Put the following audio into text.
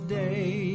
day